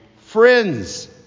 friends